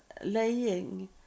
laying